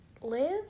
Live